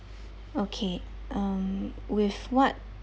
okay um with what